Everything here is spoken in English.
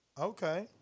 Okay